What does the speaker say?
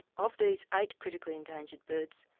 of these eight critically endangered birds,